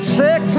six